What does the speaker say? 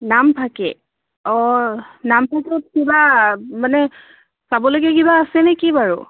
নামফাকে অঁ নামফাকেত কিবা মানে চাবলগীয়া কিবা আছেনে কি বাৰু